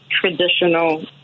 traditional